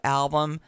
album